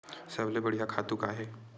सबले बढ़िया खातु का हे?